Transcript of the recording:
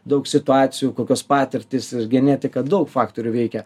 daug situacijų kokios patirtys ir genetika daug faktorių veikia